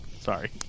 Sorry